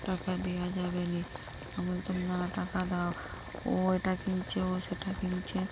টাকা দেওয়া যাবে না আমি বলতাম না টাকা দাও ও ওটা কিনছে ও সেটা কিনছে